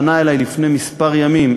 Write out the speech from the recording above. פנה אלי לפני כמה ימים,